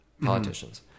politicians